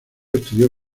estudió